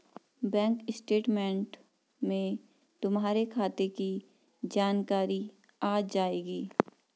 bank statement में तुम्हारे खाते की जानकारी आ जाएंगी